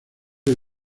del